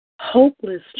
Hopeless